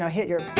hit your